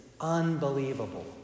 unbelievable